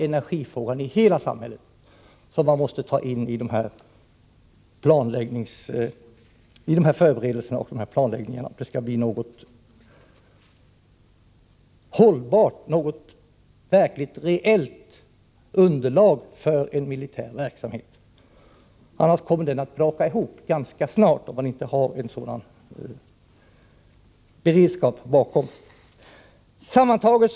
Energifrågan för hela samhället måste tas in i dessa förberedelser och planläggningar, om det skall bli något hållbart och reellt underlag för den militära verksamheten. Den kommer att braka ihop ganska snart om man inte har en sådan beredskap för hela samhället.